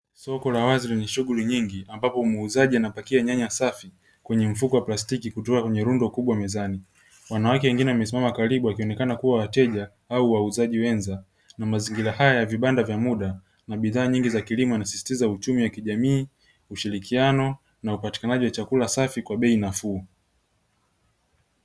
Soko la wazi lenye shughuli nyingi ambapo muuzaji anapakia nyanya safi kwenye mfuko wa plastiki kutoka kwenye rundo kubwa mezani, wanawake wengine wamesimama karibu wakionekana kuwa wateja au wauzaji wenza na mazingira haya ya vibanda vya muda kuna bidhaa nyingi za kilimo inasisitiza uchumi wa kijamii, ushirikiano na upatikanaji wa chakula safi kwa bei nafuu.